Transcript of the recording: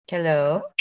Hello